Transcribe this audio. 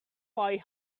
boy